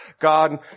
God